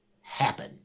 happen